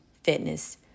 fitness